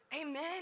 Amen